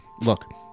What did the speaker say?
Look